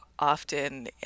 often